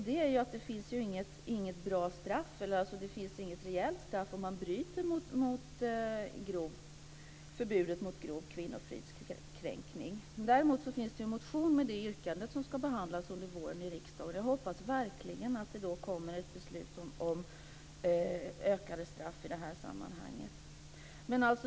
Det finns nämligen inget rejält straff om man bryter mot förbudet mot grov kvinnofridskränkning. Däremot finns det en motion med det yrkandet som ska behandlas under våren i riksdagen. Jag hoppas verkligen att det då kommer ett beslut om ökade straff i det här sammanhanget.